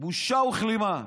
בושה וכלימה.